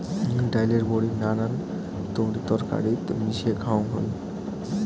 ডাইলের বড়ি নানান তরিতরকারিত মিশিয়া খাওয়াং হই